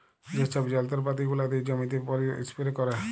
যে ছব যল্তরপাতি গুলা দিয়ে জমিতে পলী ইস্পেরে ক্যারে